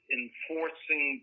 enforcing